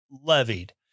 levied